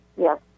yes